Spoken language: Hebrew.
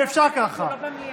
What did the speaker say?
אי-אפשר ככה.